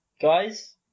guys